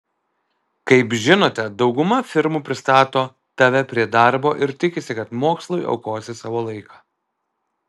kaip žinote dauguma firmų pristato tave prie darbo ir tikisi kad mokslui aukosi savo laiką